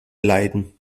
leiden